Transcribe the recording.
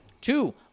Two